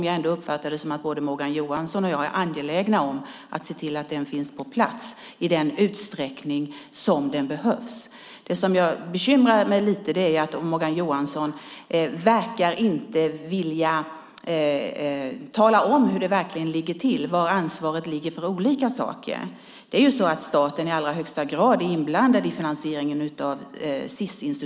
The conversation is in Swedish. Jag uppfattar ändå att både Morgan Johansson och jag är angelägna om att den finns på plats i den utsträckning som behövs. Det som bekymrar mig är att Morgan Johansson inte verkar vilja tala om hur det verkligen ligger till och var ansvaret ligger för olika saker. Staten är i allra högsta grad inblandad i finansieringen av Sis.